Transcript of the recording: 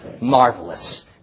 marvelous